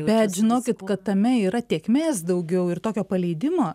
bet žinokit kad tame yra tėkmės daugiau ir tokio paleidimo